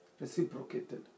Reciprocated